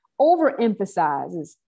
overemphasizes